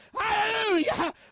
Hallelujah